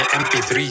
mp3